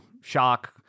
shock